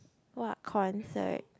what concert